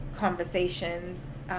conversations